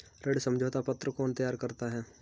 ऋण समझौता पत्र कौन तैयार करता है?